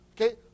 Okay